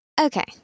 Okay